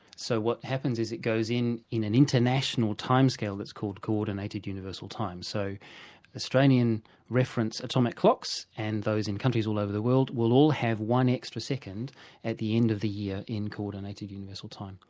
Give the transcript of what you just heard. so what happens is it goes in in an international time scale that's called coordinated universal time, so australian reference atomic clocks and those in countries all over the world will all have one extra second at the end of the year in coordinated universal time.